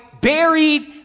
buried